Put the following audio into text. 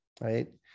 right